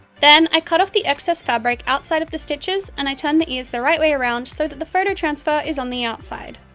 then, i cut off the excess fabric outside of the stitches, and i turned the ears the right way around, so that the photo transfer is on the outside.